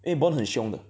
因为 bond 很 xiong 的